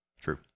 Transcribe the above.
True